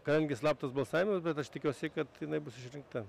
kadangi slaptas balsavimas bet aš tikiuosi kad jinai bus išrinkta